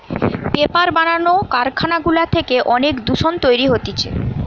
paper বানানো কারখানা গুলা থেকে অনেক দূষণ তৈরী হতিছে